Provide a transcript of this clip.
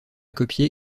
copié